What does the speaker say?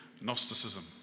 Gnosticism